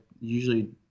usually